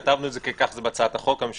כתבנו את זה כי כך זה בהצעת החוק הממשלתית.